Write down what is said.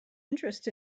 interest